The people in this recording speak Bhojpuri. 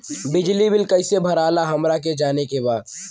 बिजली बिल कईसे भराला हमरा के जाने के बा?